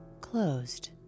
closed